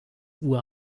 uhr